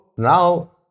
Now